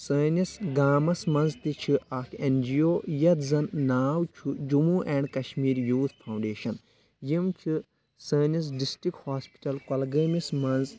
سٲنِس گامَس منٛز تہِ چھِ اکھ این جی او یَتھ زَن ناو چھُ Jammu and Kashmir youth foundation یِم چھِ سٲنِس ڈِسٹِرک ہاسپِٹل کۄلگٲمِس منٛز